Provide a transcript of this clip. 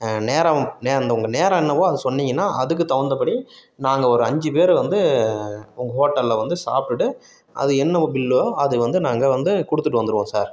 நேரம் நேரம் அந்த உங்கள் நேரம் என்னவோ அதை சொன்னீங்கன்னா அதுக்கு தகுந்தப்படி நாங்கள் ஒரு அஞ்சு பேர் வந்து உங்கள் ஹோட்டல்ல வந்து சாப்பிடுட்டு அது என்னவோ பில்லோ அது வந்து நாங்கள் வந்து கொடுத்துட்டு வந்திருவோம் சார்